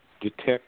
detect